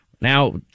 now